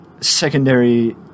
secondary